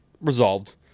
resolved